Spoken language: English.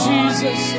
Jesus